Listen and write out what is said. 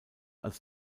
als